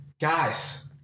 Guys